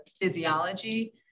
physiology